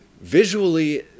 visually